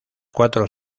cuatro